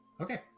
okay